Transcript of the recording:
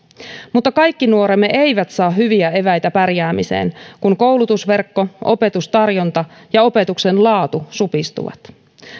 mutta kaikki nuoremme eivät saa hyviä eväitä pärjäämiseen kun koulutusverkko opetustarjonta ja opetuksen laatu supistuvat